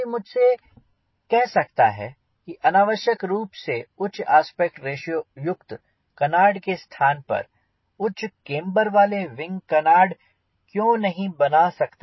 कोई मुझसे कह सकता है कि अनावश्यक रूप से उच्च आस्पेक्ट रेश्यो युक्त कनार्ड के स्थान पर उच्च केम्बरवाले विंग कनार्ड क्यों नहीं बना सकते